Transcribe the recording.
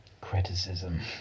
Criticism